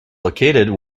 located